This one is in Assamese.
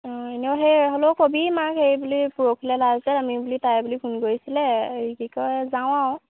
অঁ এনেও সেই হ'লেও কবি মাক সেই বুলি পৰহিলৈ লাষ্ট ডেট আমি বুলি তাই বুলি ফোন কৰিছিলে এই কি কয় যাওঁ আৰু